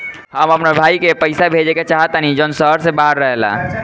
हम अपन भाई को पैसा भेजे के चाहतानी जौन शहर से बाहर रहेला